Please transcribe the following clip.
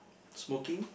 smoking